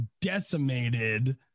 decimated